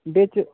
बिच